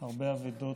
הרבה אבדות,